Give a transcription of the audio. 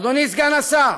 אדוני סגן השר,